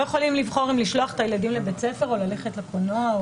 הם לא יכולים לבחור אם לשלוח את הילדים לבית הספר או ללכת לקולנוע.